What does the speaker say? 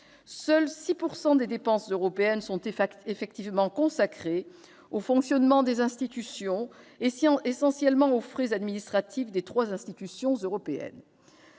Seules 6 % des dépenses européennes sont effectivement consacrées au fonctionnement des institutions, essentiellement aux frais administratifs des trois institutions européennes.